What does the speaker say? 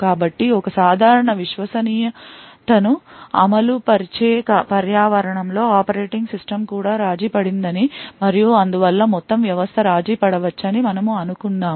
కాబట్టి ఒక సాధారణ విశ్వసనీయతను అమలు పరిచే పర్యావరణం లో ఆపరేటింగ్ సిస్టమ్ కూడా రాజీపడిందని మరియు అందువల్ల మొత్తం వ్యవస్థ రాజీపడవచ్చని మనము అనుకుందాము